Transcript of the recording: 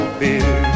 beer